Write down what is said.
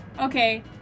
okay